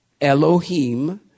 Elohim